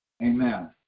Amen